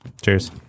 Cheers